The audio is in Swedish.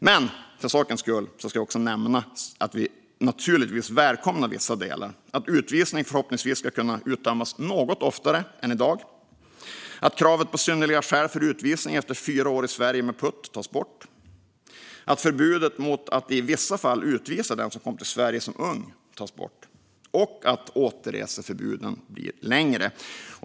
Men för saken skull ska jag också nämna att vi naturligtvis välkomnar vissa delar - att utvisning förhoppningsvis ska kunna utdömas något oftare än i dag, att kravet på synnerliga skäl för utvisning efter fyra år i Sverige med PUT tas bort, att förbudet mot att i vissa fall utvisa den som kom till Sverige som ung tas bort och att återreseförbuden blir längre.